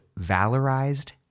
valorized